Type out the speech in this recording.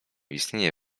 istnieje